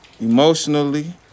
emotionally